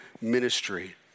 ministry